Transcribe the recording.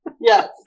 Yes